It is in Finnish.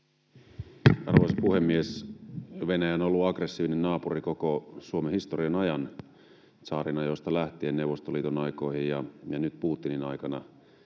Arvoisa puhemies! Venäjä on ollut aggressiivinen naapuri koko Suomen historian ajan tsaarinajoista lähtien Neuvostoliiton aikoihin ja nyt Putinin aikana,